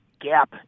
gap